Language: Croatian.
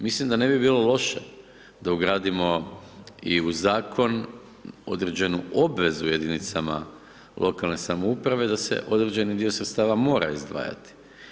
Mislim da ne bi bilo loše, da ugradimo i u zakon, određenu obvezu jedinicama lokalne samouprave, da se određeni dio sredstava mora izdvajati.